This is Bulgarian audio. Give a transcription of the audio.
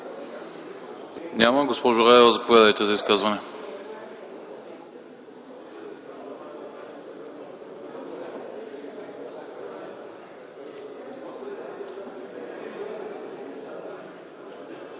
Няма. Госпожо Раева, заповядайте за изказване.